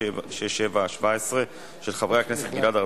צבי הנדל,